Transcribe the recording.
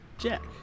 Jack